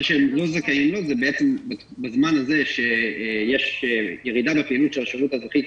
מה שהם לא זכאים לו זה בעצם בזמן הזה שיש ירידה בפעילות השירות האזרחי,